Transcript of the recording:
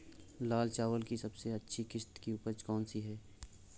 लाल चावल की सबसे अच्छी किश्त की उपज कौन सी है?